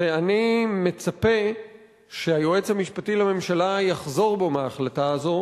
ואני מצפה שהיועץ המשפטי לממשלה יחזור בו מההחלטה הזאת